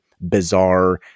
bizarre